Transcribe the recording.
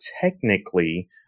technically